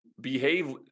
behave